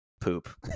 poop